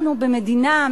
אנחנו במדינה,